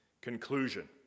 conclusion